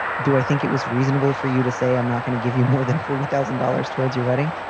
do i think it was reasonable for you to say, i'm not going to give you more than forty thousand dollars towards your wedding?